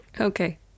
Okay